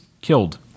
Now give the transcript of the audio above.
killed